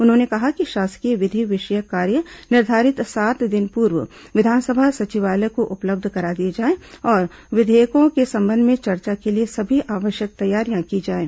उन्होंने कहा कि शासकीय विधि विषयक कार्य निर्धारित सात दिन पूर्व विधानसभा सचिवालय को उपलब्ध करा दिए जाएं और विघेयकों के संबंध में चर्चा के लिए सभी आवश्यक तैयारियां की जाएं